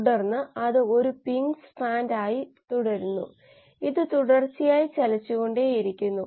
തുടർന്ന് matrix algebra പരിശോധിക്കുക പിന്നെ ഇവ നന്നായി മനസ്സിലാക്കുക